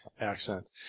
accent